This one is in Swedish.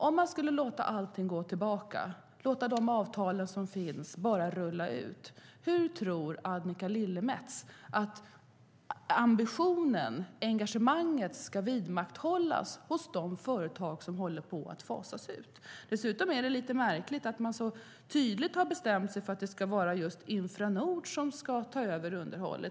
Om man skulle låta allting gå tillbaka - bara låta de avtal som finns rulla ut - hur tror Annika Lillemets att ambitionen och engagemanget ska vidmakthållas hos de företag som håller på att fasas ut? Dessutom är det lite märkligt att man så tydligt har bestämt sig för att det ska vara just Infranord som ska ta över underhållet.